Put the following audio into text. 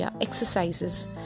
exercises